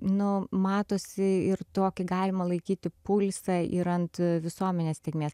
nu matosi ir tokį galima laikyti pulsą ir ant visuomenės tėkmės